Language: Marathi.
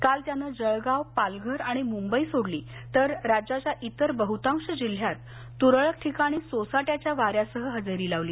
काल त्यानं जळगाव पालघर आणि मुंबई सोडली तर राज्याच्या इतर बहुतांश जिल्ह्यात तुरळक ठिकाणी सोसाट्याच्या वार्यालसह हजेरी लावली